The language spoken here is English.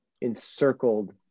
encircled